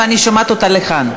ואני שומעת אותה עד לכאן.